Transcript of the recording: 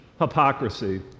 hypocrisy